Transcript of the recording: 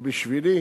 ובשבילי